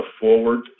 forward